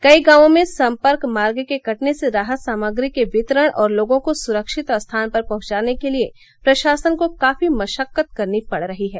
कई गांवों में सम्पर्क मार्ग के कटने से राहत सामग्री के वितरण और लोगों को सुरक्षित स्थान पर पहुंचाने के लिए प्रशासन को काफी मशक्कत करनी पड़ रही है